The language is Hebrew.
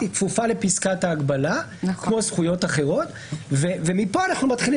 היא כפופה לפסקת ההגבלה כמו זכויות אחרות ומכאן אנחנו מתחילים